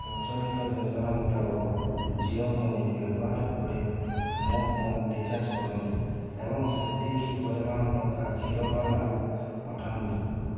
ପ୍ରଚଳିତ ଯୋଜନା ମୁତାବକ ଜିଓ ମନି ବ୍ୟବହାର କରି ମୋ ଫୋନ୍ ରିଚାର୍ଜ କରନ୍ତୁ ଏବଂ ସେତିକି ପରିମାଣ ଟଙ୍କା କ୍ଷୀରବାଲାକୁ ପଠାନ୍ତୁ